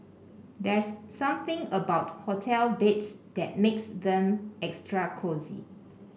there's something about hotel beds that makes them extra cosy